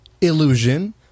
illusion